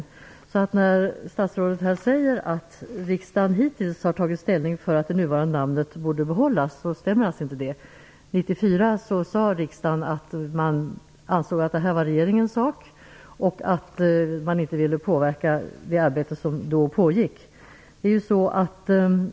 Det stämmer inte när statsrådet säger att riksdagen hittills har tagit ställning för att det nuvarande namnet borde behållas. Riksdagen sade 1994 att man ansåg att det här var regeringens sak och att man inte ville påverka det arbete som då pågick.